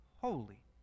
holy